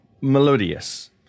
melodious